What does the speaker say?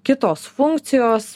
kitos funkcijos